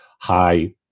high